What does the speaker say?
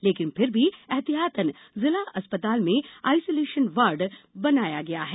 लेकिन फिर भी एहतियातन जिला अस्पताल में आइसोलेशन वार्ड बनाया गया हैं